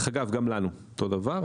דרך אגב גם לנו אותו דבר.